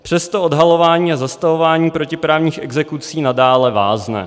Přesto odhalování a zastavování protiprávních exekucí nadále vázne.